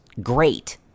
great